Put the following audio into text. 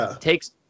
takes